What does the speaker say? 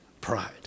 pride